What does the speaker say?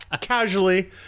Casually